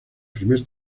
primer